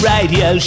Radio